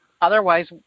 otherwise